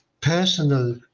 personal